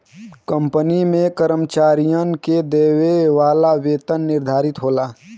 company में कर्मचारियन के देवे वाला वेतन निर्धारित होला